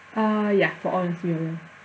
uh ya for all the three of them